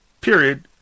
Period